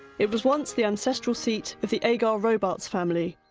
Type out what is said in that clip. it was once the ancestral seat of the agar-robartes family,